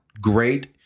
great